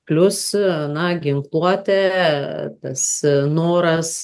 plius na ginkluotė tas noras